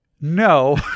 no